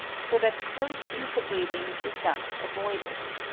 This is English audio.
so that close inter-breeding is thus avoided.